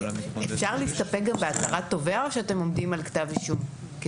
אפשר להסתפק גם בהצהרת תובע או שאתם עומדים על כתב אישום?